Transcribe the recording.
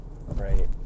right